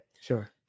Sure